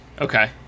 okay